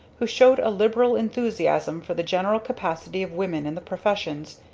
who showed a liberal enthusiasm for the general capacity of women in the professions,